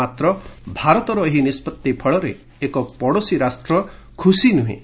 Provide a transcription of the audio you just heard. ମାତ୍ର ଭାରତର ଏହି ନିଷ୍କତ୍ତି ଫଳରେ ଏକ ପାଡ଼ୋଶୀ ରାଷ୍ଟ୍ର ଖୁସି ନୁହେଁ